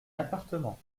appartement